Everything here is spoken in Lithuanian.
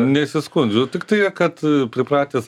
nesiskundžiu tiktai kad pripratęs